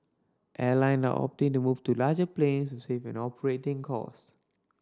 airline are opting to move to larger planes to save on operating costs